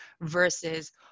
versus